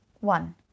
one